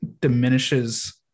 diminishes